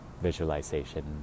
visualization